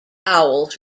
owls